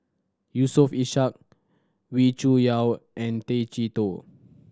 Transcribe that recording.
Yusof Ishak Wee Cho Yaw and Tay Chee Toh